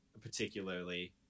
particularly